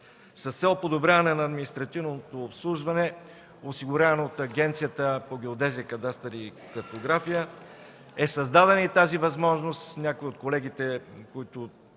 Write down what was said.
С цел подобряване на административното обслужване, осигурявано от Агенцията по геодезия, картография и кадастър, е създадена и тази възможност – някои от колегите, които